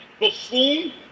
buffoon